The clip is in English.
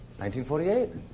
1948